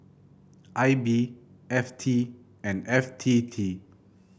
I B F T and F T T